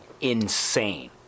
insane